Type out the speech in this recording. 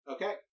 Okay